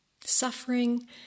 Suffering